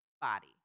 body